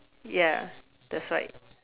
ya that's right